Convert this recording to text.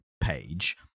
page